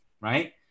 right